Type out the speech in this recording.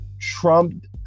trump